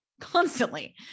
constantly